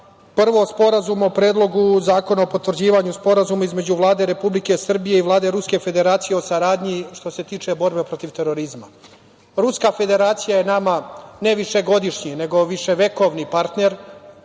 Prvo, Sporazum o Predlogu zakona o potvrđivanju Sporazuma između Vlade Republike Srbije i Vlade Ruske Federacije o saradnji što se tiče borbe protiv terorizma. Ruska Federacija je nama ne višegodišnji, nego viševekovni partner